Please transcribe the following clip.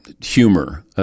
humor